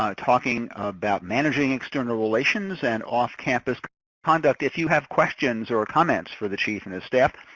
um talking about managing external relations and off-campus conduct. if you have questions or comments for the chief and his staff,